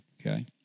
okay